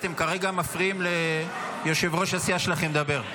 אתם כרגע מפריעים ליושב-ראש הסיעה שלכם לדבר.